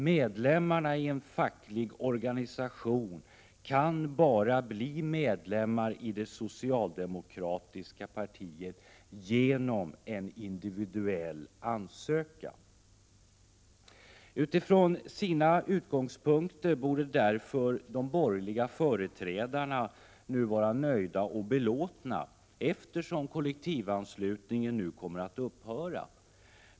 Medlemmarna i en facklig organisation skall kunna bli medlemmar i det socialdemokratiska partiet bara genom en individuell ansökan. Utifrån sina utgångspunkter borde därmed de borgerliga företrädarna nu vara nöjda och belåtna, eftersom kollektivanslutningen kommer att upphöra.